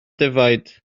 defaid